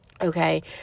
Okay